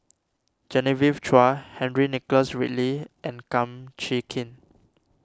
Genevieve Chua Henry Nicholas Ridley and Kum Chee Kin